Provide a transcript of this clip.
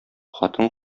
хатын